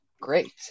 Great